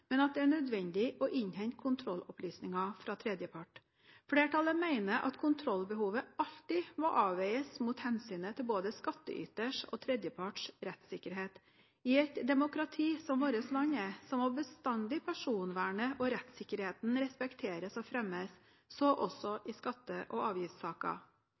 men at det er nødvendig å innhente kontrollopplysninger fra en tredjepart. Flertallet mener at kontrollbehovet alltid må avveies mot hensynet til både skattyters og tredjeparts rettssikkerhet. I et demokrati, som vårt land er, må bestandig personvernet og rettssikkerheten respekteres og fremmes, så også i skatte- og avgiftssaker.